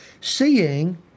Seeing